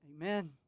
Amen